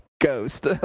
ghost